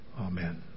Amen